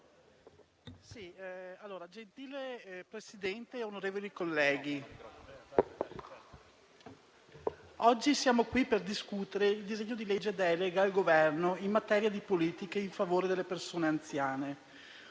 Signor Presidente, onorevoli colleghi, oggi siamo qui per discutere il disegno di legge delega al Governo in materia di politiche in favore delle persone anziane,